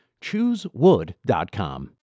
Choosewood.com